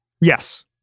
Yes